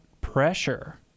pressure